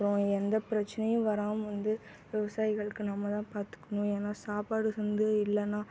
அப்புறம் எந்த பிரச்சனையும் வராமல் வந்து விவசாயிகளுக்கு நம்ம தான் பார்த்துக்குணும் ஏன்னா சாப்பாடு வந்து இல்லைன்னா